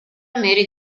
mary